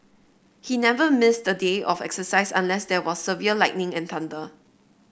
he never missed a day of exercise unless there was severe lightning and thunder